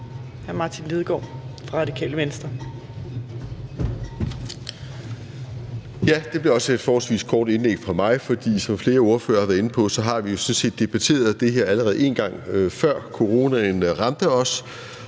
et forholdsvis kort indlæg fra mig. For som flere ordførere har været inde på, har vi jo sådan set allerede en gang – før coronaen ramte os